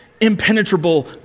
impenetrable